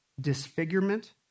disfigurement